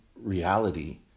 reality